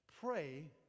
Pray